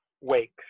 wakes